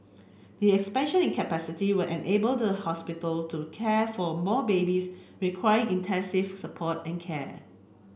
the expansion in capacity will enable the hospital to care for more babies requiring intensive support and care